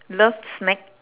love snack